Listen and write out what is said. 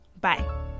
Bye